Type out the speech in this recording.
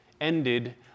ended